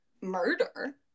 murder